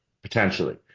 Potentially